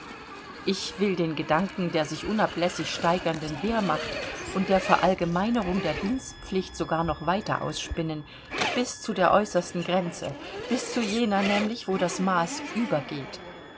ich will den gedanken der sich unablässig steigernden wehrmacht und der verallgemeinerung der dienstpflicht sogar noch weiter ausspinnen bis zu der äußersten grenze bis zu jener nämlich wo das maß übergeht